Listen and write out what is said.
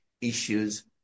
issues